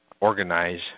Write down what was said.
organize